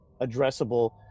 addressable